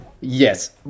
Yes